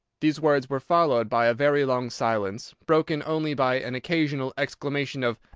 these words were followed by a very long silence, broken only by an occasional exclamation of